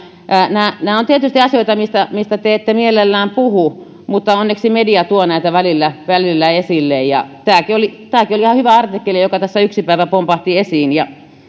nämä nämä ovat tietysti asioita mistä mistä te ette mielellään puhu mutta onneksi media tuo näitä välillä välillä esille tämäkin oli tämäkin oli ihan hyvä artikkeli joka tässä yksi päivä pompahti esiin ja